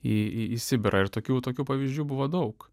į į sibirą ir tokių tokių pavyzdžių buvo daug